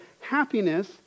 happiness